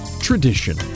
tradition